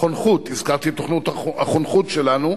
חונכות, הזכרתי את תוכנית החונכות שלנו,